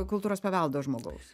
kultūros paveldo žmogaus